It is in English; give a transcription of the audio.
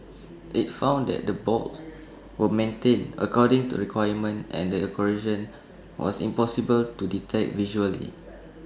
IT found that the bolts were maintained according to requirements and the corrosion was impossible to detect visually